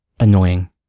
Annoying